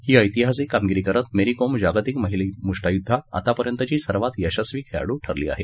ही ऐतिहासिक कामगिरी करत मेरी कोम जागतिक महिला मृष्टीयुद्धात आतापर्यंतची सर्वात यशस्वी खेळाडू ठरली आहे